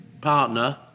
partner